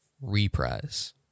Reprise